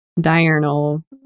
diurnal